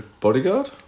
bodyguard